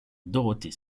dorothée